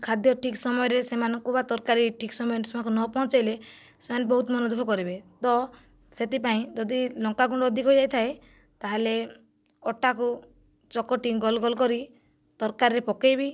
ଖାଦ୍ୟ ଠିକ୍ ସମୟରେ ସେମାନଙ୍କୁ ବା ତରକାରୀ ଠିକ୍ ସମୟରେ ସେମାନଙ୍କୁ ନ ପହଞ୍ଚାଇଲେ ସେମାନେ ବହୁତ ମନ ଦୁଃଖ କରିବେ ତ ସେଥିପାଇଁ ଯଦି ଲଙ୍କାଗୁଣ୍ଡ ଅଧିକ ହୋଇ ଯାଇଥାଏ ତା'ହେଲେ ଅଟାକୁ ଚକଟି ଗୋଲ ଗୋଲ କରି ତରକାରୀରେ ପକାଇବି